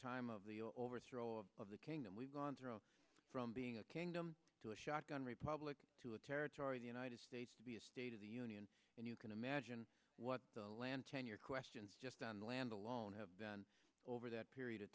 time of the overthrow of the kingdom we've gone through from being a kingdom to a shotgun republic to a territory the united states to be a state of the union and you can imagine what the land tenure questions just on the land alone have been over that period of